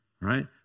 right